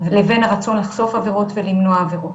לבין הרצון לחשוף עבירות ולמנוע עבירות,